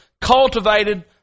cultivated